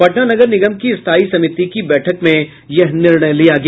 पटना नगर निगम की स्थायी समिति की बैठक में यह निर्णय लिया गया